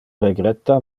regretta